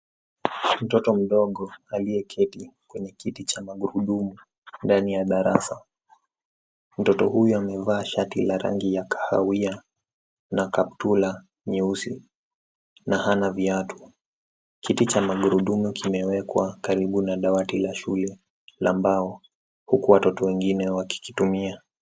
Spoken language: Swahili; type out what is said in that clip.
Mtoto mdogo aliyeketi kwenye kiti cha magurudumu ndani ya darasa. Mtoto huyu amevaa shati la rangi ya kahawia na kaptula nyeusi na hana viatu. Kiti cha magurudumu kimewekwa karibu na dawati la shule la mbao, huku watoto wengine wakikitumia.